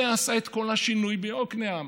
זה עשה את כל השינוי ביקנעם.